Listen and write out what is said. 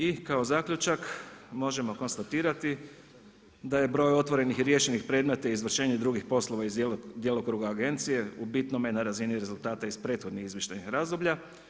I kao zaključak možemo konstatirati da je broj otvorenih i riješenih predmeta i izvršenje drugih poslova iz djelokruga Agencije u bitnome na razini rezultata iz prethodnih izvještajnih razdoblja.